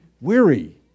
Weary